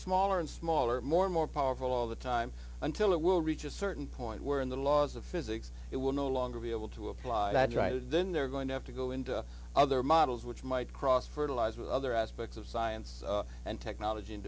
smaller and smaller more and more powerful all the time until it will reach a certain point where in the laws of physics it will no longer be able to apply then they're going to have to go into other models which might cross fertilize with other aspects of science and technology and